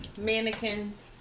mannequins